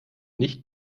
nicht